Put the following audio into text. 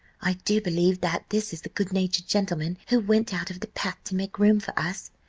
i do believe that this is the good-natured gentleman who went out of the path to make room for us,